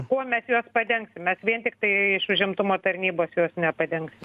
kuo mes juos padengsim mes vien tiktai iš užimtumo tarnybos jos nepadengsim